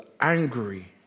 angry